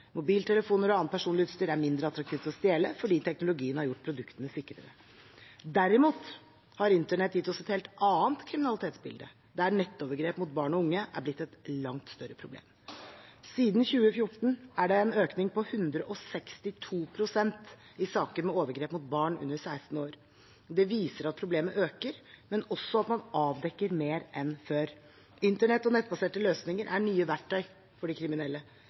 mobiltelefoner og annet personlig utstyr er mindre attraktivt å stjele fordi teknologien har gjort produktene sikrere. Derimot har internett gitt oss et helt annet kriminalitetsbilde, der nettovergrep mot barn og unge er blitt et langt større problem. Siden 2014 er det en økning på 162 pst. i saker med overgrep mot barn under 16 år. Det viser at problemet øker, men også at man avdekker mer enn før. Internett og nettbaserte løsninger er nye verktøy for de kriminelle.